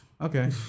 Okay